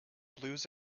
blues